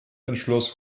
entschloss